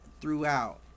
throughout